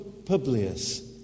Publius